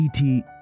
et